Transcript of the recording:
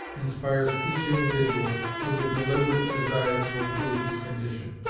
inspires each individual with a deliberate desire to improve his condition.